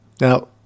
Now